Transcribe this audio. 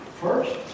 First